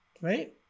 right